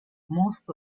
most